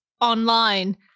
online